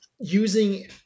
using